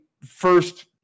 first